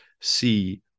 see